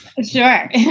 Sure